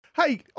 Hey